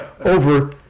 over